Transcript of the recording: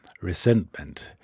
resentment